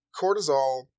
cortisol